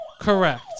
Correct